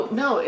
no